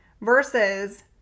versus